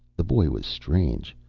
the boy was strange,